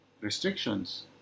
restrictions